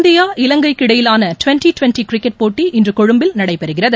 India இவங்கைக்கு இடையிலான twenty twenty cricket போட்டிஇன்று கொழும்புவில் நடைபெறுகிறது